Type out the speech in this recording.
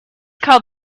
called